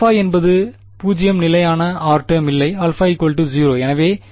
α என்பது 0 நிலையான r term இல்லை α 0